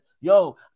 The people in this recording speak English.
Yo